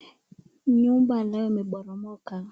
Nyumba ambayo imeporomoka.